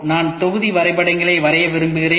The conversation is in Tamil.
நான் தொகுதி வரைபடங்களை வரைய விரும்புகிறேன்